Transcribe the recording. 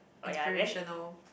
inspirational